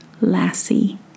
lassie